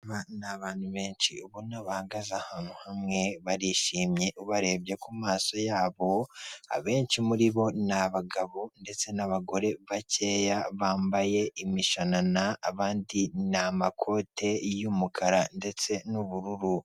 Aba ni abantu benshi ubona bahaze ahantu hamwe barishimye ubarebye ku maso yabo, abenshi muribo n'abagabo ndetse n'abagore bacyeya bambaye imishanana, abandi ni amakote y'umukara ndetse n'ubururu.